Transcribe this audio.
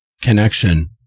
connection